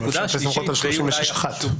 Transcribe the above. מאפשרת הסתמכות על 36 (1).